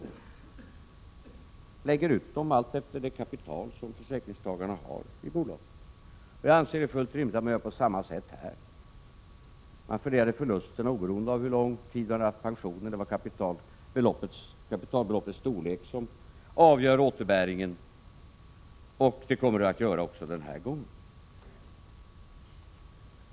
De läggs ut i förhållande till det kapital som försäkringstagarna har i bolagen. Då anser vi att det är fullt rimligt att man gör på samma sätt nu. Man fördelade förlusterna oberoende av hur lång tid försäkringstagarna hade haft sina pensioner, utan det var kapitalbeloppets storlek som avgjorde återbäringen. Så kommer att bli fallet även denna gång.